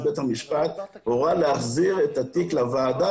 בית המשפט הורה להחזיר את התיק לוועדה,